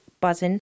buzzing